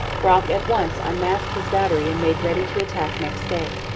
brock at once unmasked his battery and made ready to attack next day.